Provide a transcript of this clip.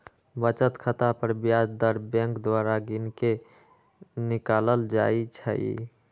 बचत खता पर ब्याज दर बैंक द्वारा गिनके निकालल जाइ छइ